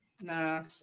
Nah